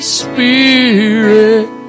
spirit